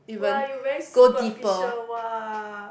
!wah! you very superficial !wah!